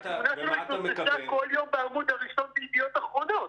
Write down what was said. התמונה שלו התנוססה כל יום בעמוד הראשון ב"ידיעות אחרונות".